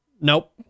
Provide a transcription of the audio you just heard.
Nope